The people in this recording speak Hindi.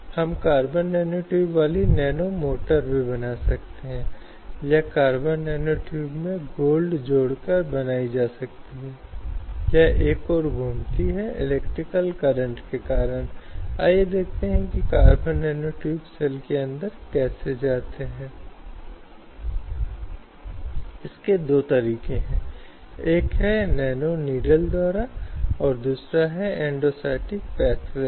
अब आम तौर पर इस तरह के भारत में हम वास्तव में विभिन्न प्रकारों के संदर्भ में नहीं देखते हैं हालांकि साहित्य इसे यौन उत्पीड़न की दो श्रेणियों के रूप में रखता है जो एक जगह होती है एक है मुआवज़ा और दूसरी शत्रुतापूर्ण वातावरण